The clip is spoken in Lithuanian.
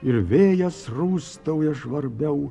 ir vėjas rūstauja žvarbiau